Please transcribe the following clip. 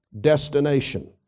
destination